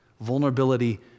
Vulnerability